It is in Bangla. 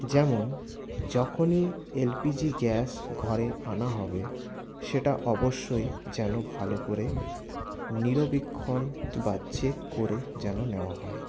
যেমন যখনই এলপিজি গ্যাস ঘরে আনা হবে সেটা অবশ্যই যেন ভালো করে নিরবেক্ষণ বা চেক করে যেন নেওয়া হয়